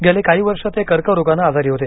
गेले काही वर्ष ते कर्करोगानं आजारी होते